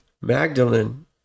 Magdalene